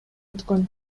өткөн